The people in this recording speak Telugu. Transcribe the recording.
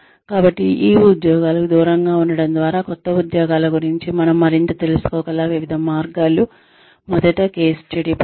కాబట్టి ఈ ఉద్యోగాలకు దూరంగా ఉండటం ద్వారా కొత్త ఉద్యోగాల గురించి మనం మరింత తెలుసుకోగల వివిధ మార్గాలు మొదట కేస్ స్టడీ పద్ధతి